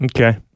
Okay